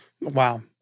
Wow